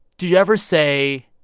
did you ever say,